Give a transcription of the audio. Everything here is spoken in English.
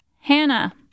Hannah